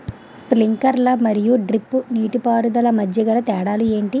Sprinkler మరియు drip నీటిపారుదల మధ్య తేడాలు ఏంటి?